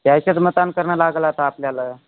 यायच्यात मतान करणं लागेल आता आपल्याला